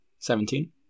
Seventeen